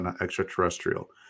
extraterrestrial